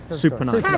super nice.